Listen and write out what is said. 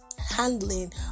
Handling